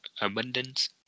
abundance